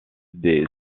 des